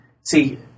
see